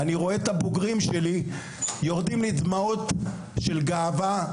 אני רואה את הבוגרים שלי ויורדות לי דמעות של גאווה,